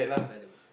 spider